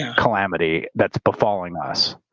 calamity that's befalling us.